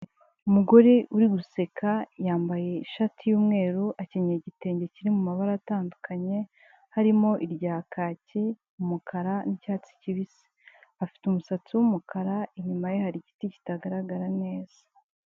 Umugore uri guseka yambaye ishati y'umweru akenyera igitenge kiri mabara atandukanye harimo irya kaki umukara n'icyatsi kibisi afite umusatsi w'umukara inyuma ye hari igiti kitagaragara neza.